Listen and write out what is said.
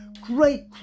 Great